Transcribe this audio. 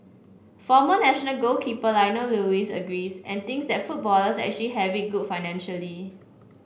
former national goalkeeper Lionel Lewis agrees and thinks that footballers actually have it good financially